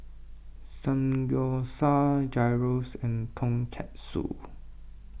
Samgyeopsal Gyros and Tonkatsu